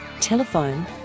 Telephone